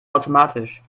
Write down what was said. automatisch